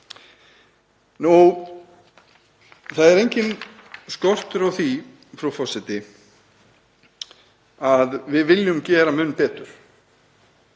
Það er enginn skortur á því, frú forseti, að við viljum gera mun betur